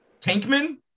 Tankman